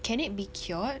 can it be cured